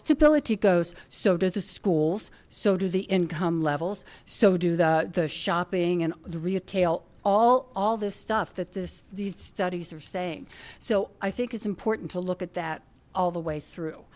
stability goes so do the schools so do the income levels so do the shopping and retail all all this stuff that this these studies are saying so i think it's important to look at that all the way through